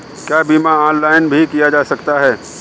क्या बीमा ऑनलाइन भी किया जा सकता है?